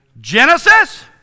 Genesis